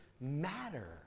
matter